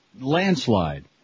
Landslide